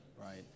right